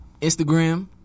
Instagram